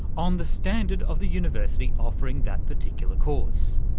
on the standard of the university offering that particular course.